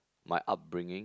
my upbringing